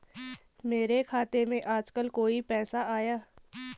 मेरे खाते में आजकल कोई पैसा आया?